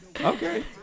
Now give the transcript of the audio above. Okay